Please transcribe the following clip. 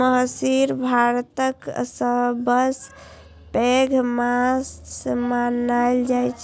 महसीर भारतक सबसं पैघ माछ मानल जाइ छै